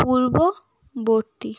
পূর্ববর্তী